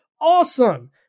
awesome